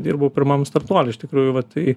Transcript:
dirbau pirmam startuoliui iš tikrųjų vat tai